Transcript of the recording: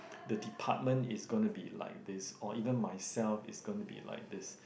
the department is gonna be like this or even myself is gonna be like this